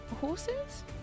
horses